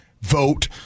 vote